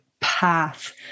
path